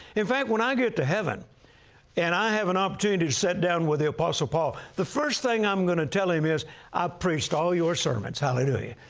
in fact, when i get to heaven and i have an opportunity to sit down with the apostle paul, the first thing i'm going to tell him is, i preached all your sermons. hallelujah.